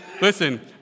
Listen